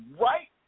right